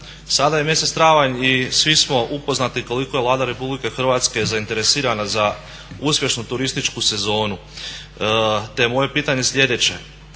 sada je mjesec travanj i svi smo upoznati koliko je Vlada RH zainteresirana za uspješnu turističku sezonu, te je moje pitanje sljedeće.